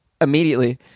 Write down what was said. immediately